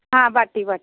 हाँ बाटी बाटी